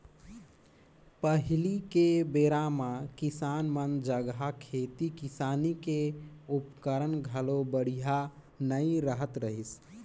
पहिली के बेरा म किसान मन जघा खेती किसानी के उपकरन घलो बड़िहा नइ रहत रहिसे